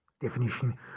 definition